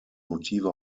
motive